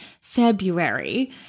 February